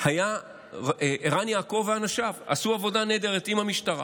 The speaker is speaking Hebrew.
היה ערן יעקב ואנשיו, שעשו עבודה נהדרת עם המשטרה.